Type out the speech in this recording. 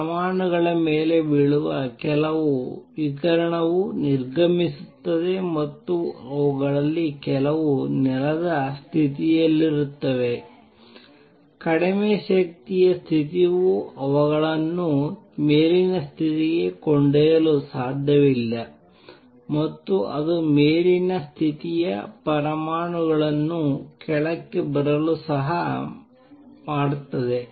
ಪರಮಾಣುಗಳ ಮೇಲೆ ಬೀಳುವ ಕೆಲವು ವಿಕಿರಣವು ನಿರ್ಗಮಿಸುತ್ತದೆ ಮತ್ತು ಅವುಗಳಲ್ಲಿ ಕೆಲವು ನೆಲದ ಸ್ಥಿತಿಯಲ್ಲಿರುತ್ತವೆ ಕಡಿಮೆ ಶಕ್ತಿಯ ಸ್ಥಿತಿಯು ಅವುಗಳನ್ನು ಮೇಲಿನ ಸ್ಥಿತಿಗೆ ಕೊಂಡೊಯ್ಯಲು ಸಾಧ್ಯವಿಲ್ಲ ಮತ್ತು ಅದು ಮೇಲಿನ ಸ್ಥಿತಿಯ ಪರಮಾಣುಗಳನ್ನು ಕೆಳಕ್ಕೆ ಬರಲು ಸಹ ಮಾಡುತ್ತದೆ